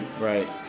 right